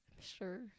Sure